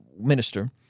minister